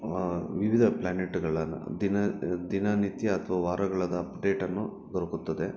ವಿವಿದ ಪ್ಲಾನೆಟ್ಗಳನ್ನು ದಿನ ದಿನನಿತ್ಯ ಅಥ್ವಾ ವಾರಗಳದ ಅಪ್ಡೇಟನ್ನು ದೊರಕುತ್ತದೆ